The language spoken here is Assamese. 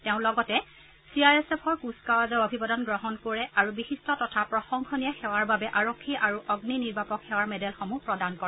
তেওঁ লগতে চি আই এছ এফৰ কুচকাৱাজৰ অভিবাদন গ্ৰহণ কৰে আৰু বিশিষ্ট তথা প্ৰশংসনীয় সেৱাৰ বাবে আৰক্ষী আৰু অগ্নি নিৰ্বাপক সেৱাৰ মেডেলসমূহ প্ৰদান কৰে